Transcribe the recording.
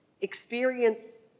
experience